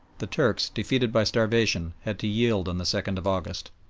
the turks, defeated by starvation, had to yield on the second of august.